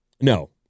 No